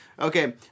Okay